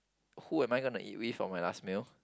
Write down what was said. who am I gonna eat with for my last meal